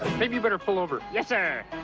maybe you better pull over. yes, sir.